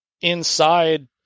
inside